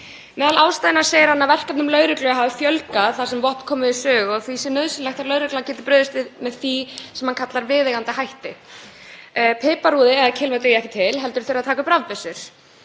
Meðal ástæðna segir hann að verkefnum lögreglu hefur fjölgað þar sem vopn komi við sögu og því sé nauðsynlegt að lögreglan geti brugðist við með því sem hann kallar viðeigandi hætti. Piparúði eða kylfa dugi ekki til heldur þurfi að taka upp rafbyssur.